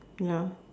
ya